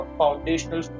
foundational